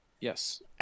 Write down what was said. Yes